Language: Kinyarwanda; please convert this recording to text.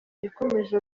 yakomeje